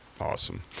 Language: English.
Awesome